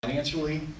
financially